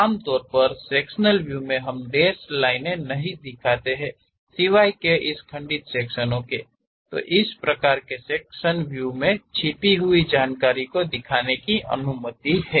आमतौर पर sectional view में हम डैश लाइन हम नहीं दिखाते हैं सिवाय इस खंडित सेक्शनो के तो इस प्रकार के सेक्शन व्यू मे छिपी जानकारी रखने की अनुमति है